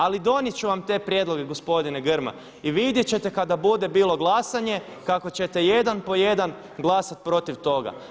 Ali donijet ću vam te prijedloge gospodine Grmoja i vidjet ćete kada bude bilo glasanje kako ćete jedan po jedan glasat protiv toga.